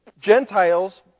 Gentiles